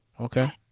Okay